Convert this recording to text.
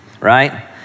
right